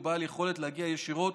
הוא בעל יכולת להגיע ישירות